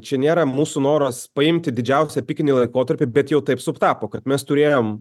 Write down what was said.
čia nėra mūsų noras paimti didžiausią pikinį laikotarpį bet jau taip sutapo kad mes turėjom